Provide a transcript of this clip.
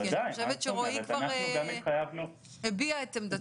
כי אני חושבת שרועי כבר הביע את עמדתו.